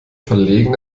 verlegen